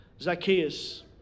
Zacchaeus